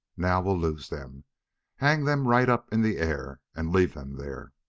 now we'll lose them hang them right up in the air and leave them there.